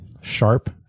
sharp